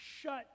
shut